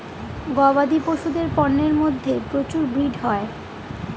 গবাদি পশুদের পন্যের মধ্যে প্রচুর ব্রিড হয়